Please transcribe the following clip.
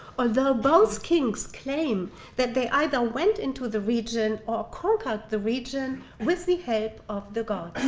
although both kings claim that they either went into the region or conquered the region with the help of the gods.